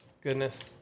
goodness